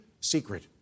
secret